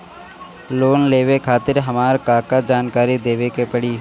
Loan लेवे खातिर हमार का का जानकारी देवे के पड़ी?